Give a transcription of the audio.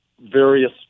various